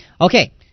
Okay